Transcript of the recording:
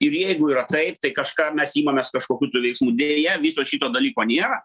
ir jeigu yra taip tai kažką mes imamės kažkokių tų veiksmų deja viso šito dalyko nėra